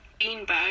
beanbag